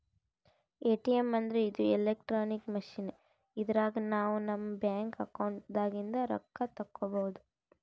ATM ಅಂದ್ರ ಇದು electronic machine ಇದ್ರಾಗ್ ನಾವ್ ನಮ್ ಬ್ಯಾಂಕ್ ಅಕೌಂಟ್ ದಾಗಿಂದ್ ರೊಕ್ಕ ತಕ್ಕೋಬಹುದ್